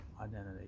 identity